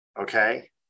Okay